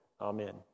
Amen